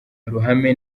ruhame